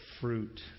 fruit